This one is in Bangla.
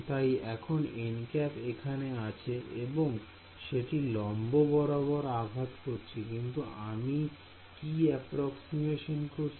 তাই এখন nˆ এখানে আছে এবং সেটি লম্ব বরাবর আঘাত করছে না কিন্তু আমি কি এপ্রক্সিমেশিন করছি